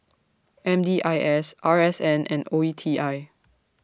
M D I S R S N and O E T I